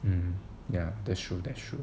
um ya that's true that's true